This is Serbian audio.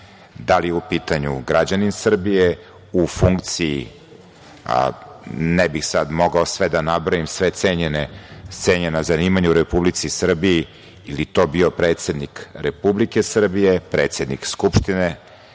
da li je u pitanju građanin Srbije, u funkciji, ne bih sad mogao sve da nabrojim, sva cenjena zanimanja u Republici Srbiji, ili to bio predsednik Republike Srbije, predsednik Skupštine,